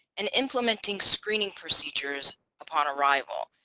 and implementing screening procedures upon arrival.